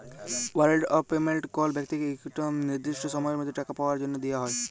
warrant of payment কল ব্যক্তিকে ইকট লিরদিসট সময়ের মধ্যে টাকা পাউয়ার জ্যনহে দিয়া হ্যয়